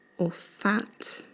or fat